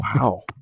wow